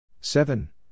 seven